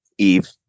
Eve